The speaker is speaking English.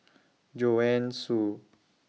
Joanne Soo